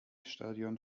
stadion